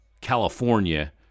California